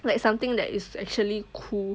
like something that is actually cool